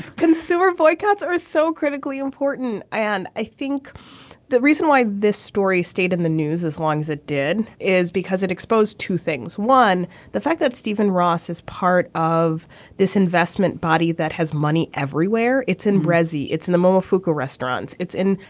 consumer boycotts are so critically important and i think the reason why this story stayed in the news as long as it did is because it exposed two things one the fact that stephen ross is part of this investment body that has money everywhere it's in brazil. it's in the more frugal restaurants it's in.